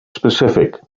specific